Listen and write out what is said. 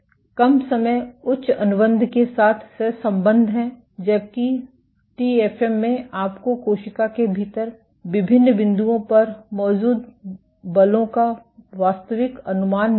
कम समय उच्च अनुबंध के साथ सहसंबद्ध है जबकि टी एफ एम में आपको कोशिका के भीतर विभिन्न बिंदुओं पर मौजूद बलों का वास्तविक अनुमान मिलता है